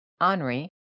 Henri